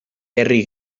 herri